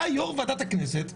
אתה יושב-ראש ועדת הכנסת.